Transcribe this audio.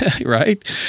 right